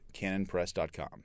canonpress.com